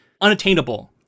unattainable